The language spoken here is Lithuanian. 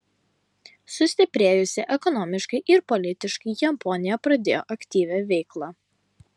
sustiprėjusi ekonomiškai ir politiškai japonija pradėjo aktyvią veiklą